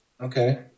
Okay